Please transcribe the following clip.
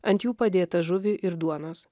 ant jų padėtą žuvį ir duonos